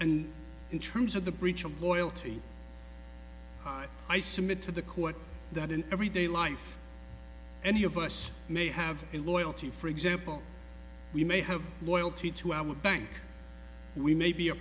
and in terms of the breach of loyalty i submit to the court that in everyday life any of us may have a loyalty for example we may have loyalty to our bank we may be a